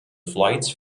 flights